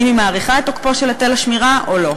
אם היא מאריכה את תוקפו של היטל השמירה או לא.